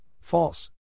false